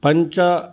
पञ्च